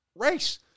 Race